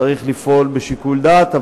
צריך לפעול בשיקול דעת,